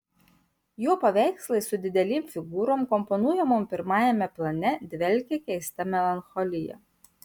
jo paveikslai su didelėm figūrom komponuojamom pirmajame plane dvelkia keista melancholija